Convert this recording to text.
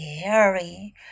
scary